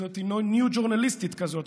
ניו-ג'ורנליסטית כזאת,